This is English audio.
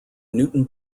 newton